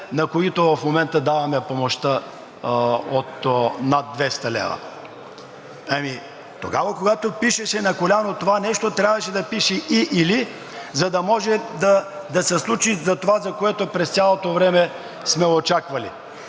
на които в момента даваме помощта от над 200 лв. Тогава, когато пишеше на коляно това нещо, трябваше да пише „и/или“, за да може да се случи това, което през цялото време сме очаквали